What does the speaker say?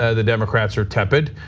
ah the democrats are tepid.